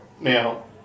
Now